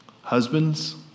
Husbands